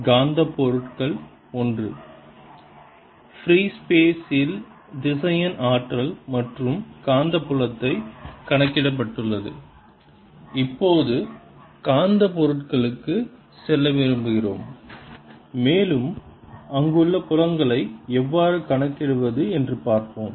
காந்த பொருட்கள் 1 ஃப்ரீஸ்பேஸ் இல் திசையன் ஆற்றல் மற்றும் காந்தப்புலத்தை கணக்கிடப்பட்டுள்ளது இப்போது காந்தப் பொருட்களுக்கு செல்ல விரும்புகிறோம் மேலும் அங்குள்ள புலங்களை எவ்வாறு கணக்கிடுவது என்று பார்க்கிறோம்